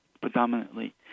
predominantly